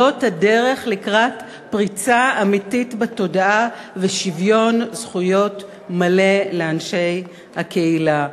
זאת הדרך לקראת פריצה אמיתית בתודעה ושוויון זכויות מלא לאנשי הקהילה.